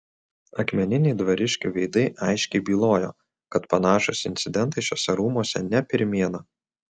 akmeniniai dvariškių veidai aiškiai bylojo kad panašūs incidentai šiuose rūmuose ne pirmiena